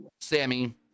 Sammy